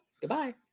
Goodbye